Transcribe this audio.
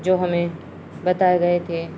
جو ہمیں بتائے گئے تھے